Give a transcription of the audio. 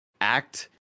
act